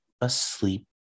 asleep